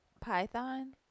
Python